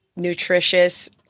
nutritious